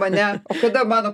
mane kada mano